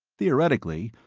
theoretically,